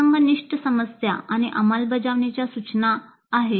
प्रसंगनिष्ठ समस्या आणि अंमलबजावणीच्या सूचना आहेत